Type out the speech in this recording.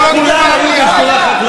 וכולם היו בשדולה חקלאית.